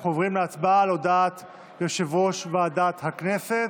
אנחנו עוברים להצבעה על הודעת יושב-ראש ועדת הכנסת.